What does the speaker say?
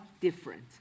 different